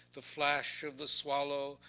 the flash of the swallow,